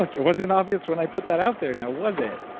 like it wasn't obvious when i put that out there, now was it?